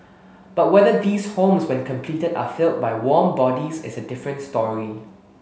but whether these homes when completed are filled by warm bodies is a different story